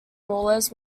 rulers